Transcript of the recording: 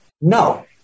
No